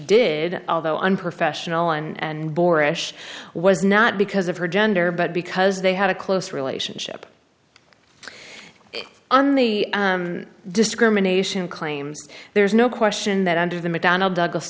did although unprofessional and borish was not because of her gender but because they had a close relationship on the discrimination claims there's no question that under the mcdonnell douglas